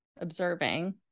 observing